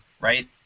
right